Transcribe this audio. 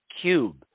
cube